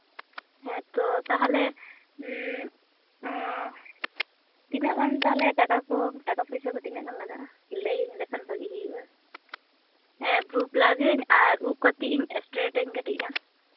ᱦᱮᱸᱛᱚ ᱛᱟᱦᱚᱞᱮ ᱛᱤᱱᱟᱹᱜ ᱜᱟᱱ ᱛᱟᱦᱚᱞᱮ ᱴᱟᱠᱟ ᱠᱚ ᱴᱟᱠᱟ ᱯᱩᱭᱥᱟᱹ ᱠᱚ ᱛᱤᱱᱟᱹᱜ ᱜᱟᱱ ᱞᱟᱜᱟᱜᱼᱟ ᱞᱟᱹᱭᱟᱹᱧ ᱞᱮᱠᱷᱟᱱ ᱵᱷᱟᱹᱜᱤ ᱦᱩᱭᱩᱜᱼᱟ ᱦᱮᱸ ᱵᱨᱩ ᱯᱞᱟᱜᱽ ᱟᱹᱧ ᱟᱨ ᱩᱵ ᱠᱟᱹᱴᱤᱡ ᱤᱧ ᱥᱴᱮᱨᱴ ᱟᱹᱧ ᱠᱟᱹᱴᱤᱡ ᱜᱟᱱ